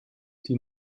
die